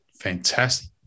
fantastic